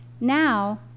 Now